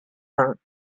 vingt